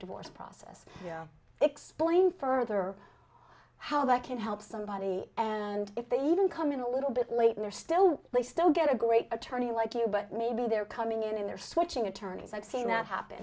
divorce process explain further how that can help somebody and if they even come in a little bit later they're still they still get a great attorney like you but maybe they're coming in and they're switching attorneys i've seen that happen